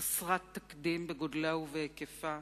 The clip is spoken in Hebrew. חסרת תקדים בגודלה ובהיקפה,